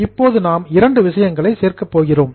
இப்போது நாம் இரண்டு விஷயங்களை செய்யப்போகிறோம்